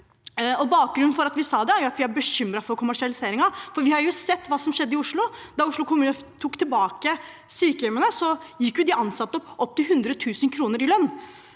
Bakgrunnen for at vi sa det, er at vi er bekymret for kommersialiseringen, for vi har sett hva som skjedde i Oslo. Da Oslo kommune tok tilbake sykehjemmene, gikk de ansatte opp 100 000 kr i lønn.